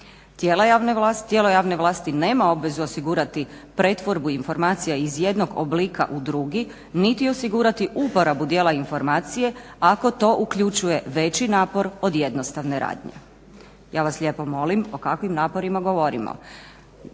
Tijelo javne vlasti nema obvezu osigurati pretvorbu informacija iz jednog oblika u drugi niti osigurati uporabu dijela informacije ako to uključuje veći napor od jednostavne radnje. Ja vas lijepo molim, o kakvim naporima govorimo?